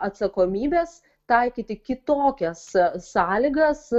atsakomybes taikyti kitokias sąlygas